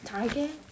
Target